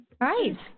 Right